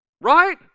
Right